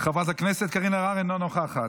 חברת הכנסת קארין אלהרר, אינה נוכחת,